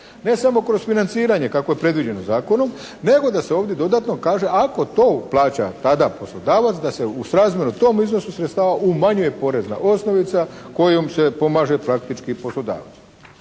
ne samo kroz financiranje kako je predviđeno u zakonu nego da se ovdje dodatno kaže ako to plaća tada poslodavac da se u srazmjeru tom iznosu sredstava umanjuje porezna osnovica kojom se pomaže praktički poslodavac.